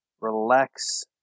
relax